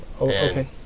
Okay